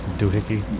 doohickey